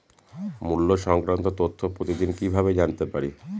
মুল্য সংক্রান্ত তথ্য প্রতিদিন কিভাবে জানতে পারি?